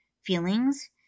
feelings